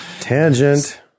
tangent